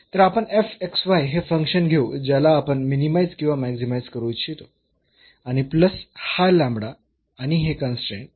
तर आपण हे फंक्शन घेऊ ज्याला आपण मिनीमाईज किंवा मॅक्सीमाईज करू इच्छितो आणि प्लस हा लॅमडा आणि हे कन्स्ट्रेन्ट हे